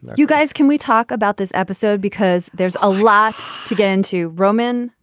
you guys can we talk about this episode because there's a lot to get in to roman.